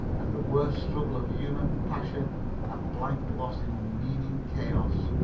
and the worst struggle of human passion a blank lost in unmeaning chaos.